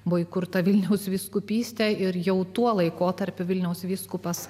buvo įkurta vilniaus vyskupystė ir jau tuo laikotarpiu vilniaus vyskupas